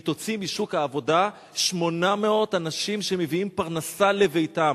היא תוציא משוק העבודה 800 אנשים שמביאים פרנסה לביתם.